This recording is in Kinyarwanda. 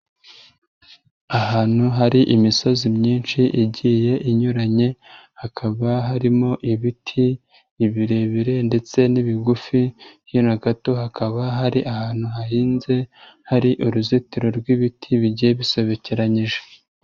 Ahantu hari imisozi myinshi igiye inyuranye, hakaba harimo ibiti, ibirebire ndetse n'ibigufi, hino gato hakaba hari ahantu hahinze, hari uruzitiro rw'ibiti bigiye bisobekeranyije.